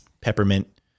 peppermint